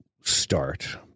start